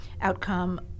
outcome